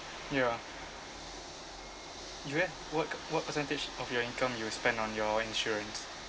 ya you eh what what percentage of your income you spend on your insurance